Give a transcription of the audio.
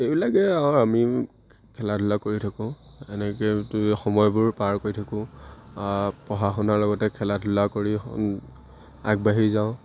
এইবিলাকেই আৰু আমি খেলা ধূলা কৰি থাকোঁ এনেকে সময়বোৰ পাৰ কৰি থাকোঁ পঢ়া শুনাৰ লগতে খেলা ধূলা কৰি আগবাঢ়ি যাওঁ